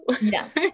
Yes